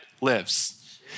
lives